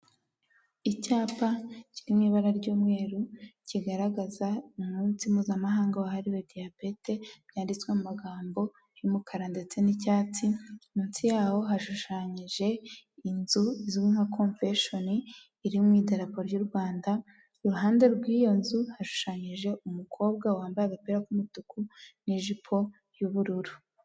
Icyapa kiri mu ibara ry'umweru, kigaragaza umunsi mpuzamahanga wahariwe diyabete, byanditswe mu magambo y'umukara ndetse n'icyatsi, munsi yaho hashushanyije inzu izwi nka konvenshoni, iri mu iterambere ry'u Rwanda, iruhande rw'iyo nzu hashushanyije umukobwa wambaye agapira k'umutuku n'ijipo y'ubururu.